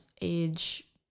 age